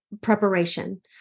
preparation